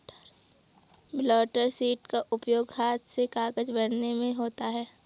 blotter sheet का उपयोग हाथ से कागज बनाने में होता है